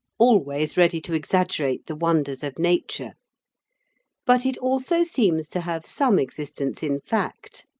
always ready to exaggerate the wonders of nature but it also seems to have some existence in fact,